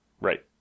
Right